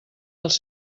dels